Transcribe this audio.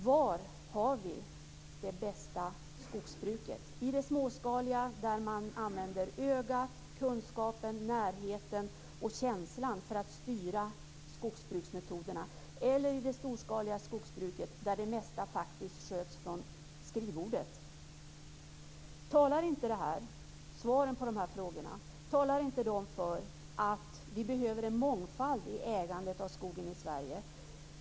Var finns det bästa skogsbruket, i det småskaliga skogsbruket där man använder ögat, kunskapen, närheten och känslan för att styra skogsbruksmetoderna, eller i de storskaliga skogsbruket där det mesta sköts från skrivbordet? Talar inte svaren på dessa frågor för att vi behöver en mångfald i ägandet av skogen i Sverige?